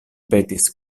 petis